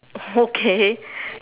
okay